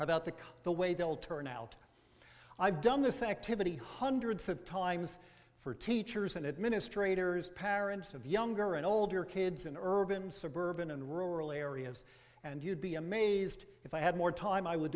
about the the way they'll turn out i've done this activity hundreds of times for teachers and administrators parents of younger and older kids in urban suburban and rural areas and you'd be amazed if i had more time i would